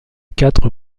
quatre